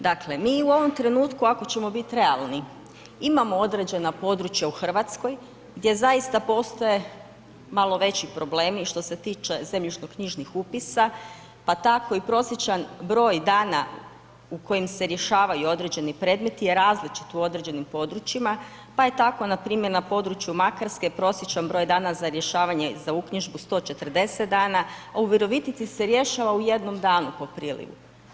Dakle mi u ovom trenutku ako ćemo biti realni imamo određena područja u Hrvatskoj gdje zaista postoje malo veći problemi i što se tiče zemljišno knjižnih upisa pa tako i prosječan broj dana u kojem se rješavaju određeni predmeti je različit u određenim područjima pa je tako npr. na području Makarske prosječan broj dana za rješavanje za uknjižbu 140 dana a u Virovitici se rješava u jednom danu po prilivu.